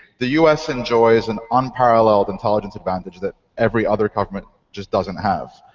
the us enjoys an unparalleled intelligence advantage that every other government just doesn't have.